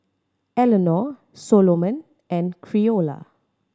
Elinor Soloman and Creola